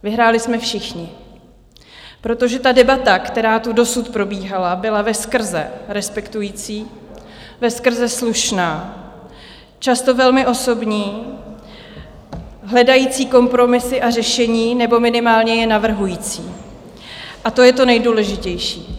Vyhráli jsme všichni, protože debata, která tu dosud probíhala, byla veskrze respektující, veskrze slušná, často velmi osobní, hledající kompromisy a řešení nebo minimálně je navrhující, a to je to nejdůležitější.